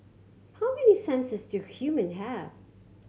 how many senses do human have